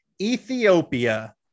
Ethiopia